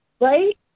right